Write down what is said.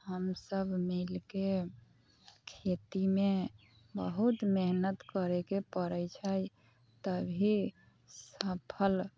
हमसब मिलिके खेतीमे बहुत मेहनत करैके पड़ै छै तभी सफल